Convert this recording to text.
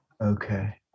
Okay